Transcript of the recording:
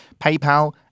PayPal